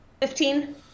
Fifteen